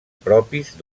propis